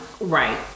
right